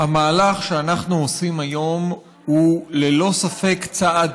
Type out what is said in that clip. המהלך שאנחנו עושים היום הוא ללא ספק צעד